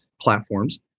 platforms